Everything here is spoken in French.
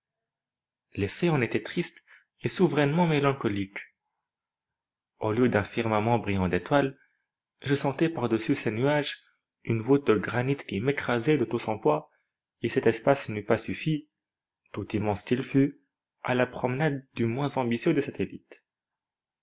l'effet en était triste et souverainement mélancolique au lieu d'un firmament brillant d'étoiles je sentais par-dessus ces nuages une voûte de granit qui m'écrasait de tout son poids et cet espace n'eût pas suffi tout immense qu'il fût à la promenade du moins ambitieux des satellites